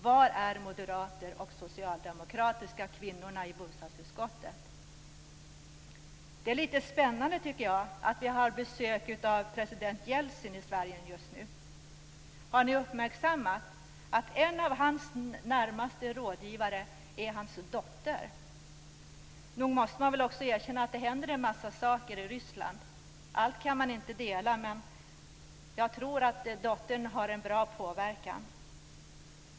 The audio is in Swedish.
Var är nu de moderata och socialdemokratiska kvinnorna från bostadsutskottet? Jag tycker att det är litet spännande att vi just nu här i Sverige har besök av president Jeltsin. Har ni uppmärksammat att en av hans närmaste rådgivare är hans dotter? Nog måste man erkänna att det händer en massa saker i Ryssland. Allt kan man inte bejaka, men jag tror att Jeltsins dotter har en bra inverkan.